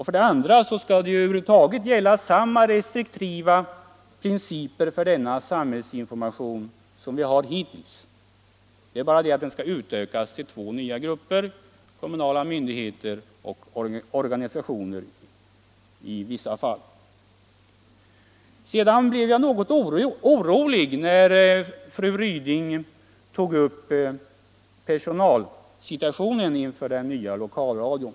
För det andra skall över huvud taget samma restriktiva principer gälla för denna samhällsinformation som de principer vi haft hittills; det är bara den skillnaden att informationen i vissa fall skall utökas till två nya grupper: kommunala myndigheter och organisationer. Sedan blev jag något orolig när fru Ryding tog upp personalsituationen inför den nya lokalradion.